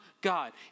God